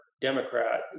Democrat